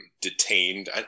detained